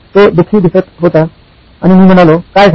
तो दुःखी दिसत होता आणि मी म्हणालो काय झाले